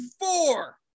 four